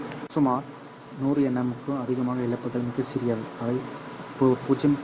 சுமார் 100nm க்கும் அதிகமான இழப்புகள் மிகச் சிறியவை அவை 0